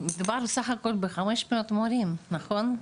מדובר בסך הכול ב-500 מורים נכון?